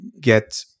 get